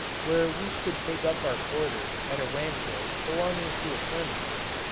where we could take up our quarters at a rancho belonging to a friend of his.